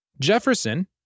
Jefferson